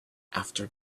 after